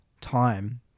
time